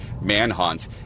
manhunt